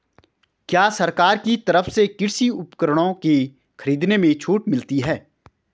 क्या सरकार की तरफ से कृषि उपकरणों के खरीदने में छूट मिलती है?